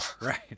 Right